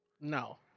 no